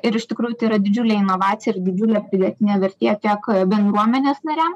ir iš tikrųjų tai yra didžiulė inovacija ir didžiulė pridėtinė vertė tiek bendruomenės nariam